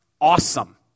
awesome